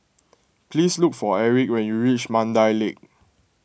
please look for Erick when you reach Mandai Lake